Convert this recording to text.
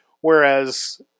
Whereas